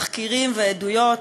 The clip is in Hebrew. תחקירים ועדויות,